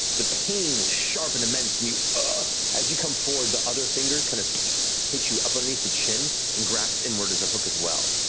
the pain is sharp and immense, and ah as you come forward the other fingers kind of hit you up underneath the chin and grasp inward as a hook as well.